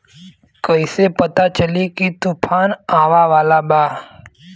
कइसे पता चली की तूफान आवा वाला बा?